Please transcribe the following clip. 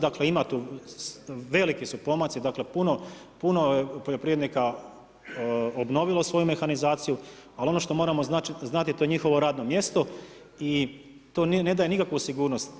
Dakle, ima tu, veliki su pomaci, dakle puno je poljoprivrednika obnovilo svoju mehanizaciju, ali ono što moramo znati, to je njihovo radno mjesto i to ne daje nikakvu sigurnost.